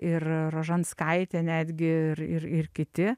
ir rožanskaitė netgi ir ir ir kiti